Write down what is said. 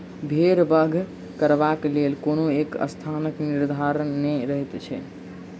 भेंड़ बध करबाक लेल कोनो एक स्थानक निर्धारण नै रहैत छै